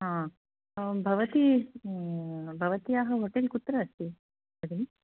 हा भवती भवत्याः होटेल् कुत्र अस्ति भगिनि